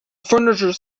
furniture